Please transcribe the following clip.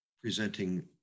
presenting